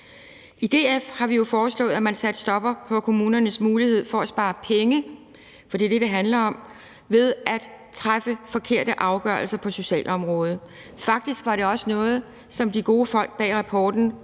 I DF har vi jo foreslået, at man satte en stopper for kommunernes mulighed for at spare penge – for det er det, det handler om – ved at træffe forkerte afgørelser på socialområdet. Faktisk var det også noget, som de gode folk bag rapporten